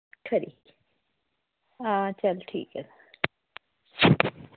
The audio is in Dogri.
खरी आं चल ठीक ऐ